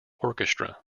orchestra